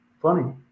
funny